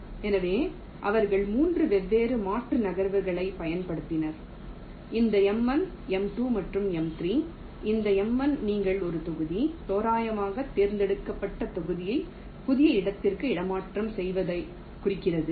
எனவே அவர்கள் 3 வெவ்வேறு மாற்று நகர்வுகளைப் பயன்படுத்தினர் இந்த M1 M2 மற்றும் M3 இந்த M1 நீங்கள் ஒரு தொகுதி தோராயமாக தேர்ந்தெடுக்கப்பட்ட தொகுதியை புதிய இடத்திற்கு இடமாற்றம் செய்வதைக் குறிக்கிறது